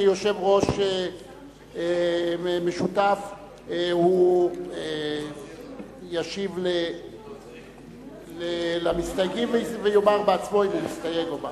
כיושב-ראש משותף הוא ישיב למסתייגים ויאמר בעצמו אם הוא מסתייג.